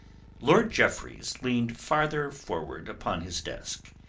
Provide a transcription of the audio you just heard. lord jeffreys leaned farther forward upon his desk.